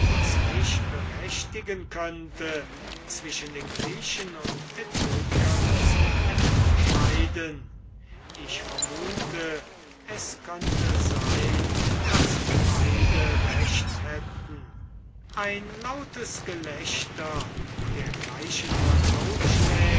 was mich berechtigen könnte zwischen den griechen und aethiopiern zu entscheiden ich vermute es könnte sein daß beide recht hätten ein lautes gelächter dergleichen